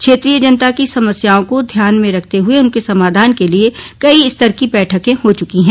क्षेत्रीय जनता की समस्याओं को ध्यान में रखते हुए उनके समाधान के लिए कई स्तर की बैठकें हो चुकी हैं